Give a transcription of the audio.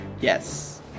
Yes